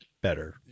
better